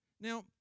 Now